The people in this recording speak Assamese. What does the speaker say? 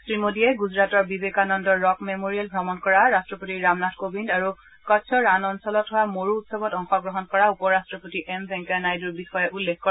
শ্ৰীমোদীয়ে গুজৰাটৰ বিবেকানন্দ ৰক মেমৰিয়েল ভ্ৰমণ কৰা ৰাষ্টপতি ৰামনাথ কোবিন্দ আৰু কচ্ছ ৰাণ অঞ্চলত হোৱা মৰু উৎসৱত অংশগ্ৰহণ কৰা উপ ৰট্টপতি এম ভেংকায়া নাইডুৰ বিয়ে উল্লেখ কৰে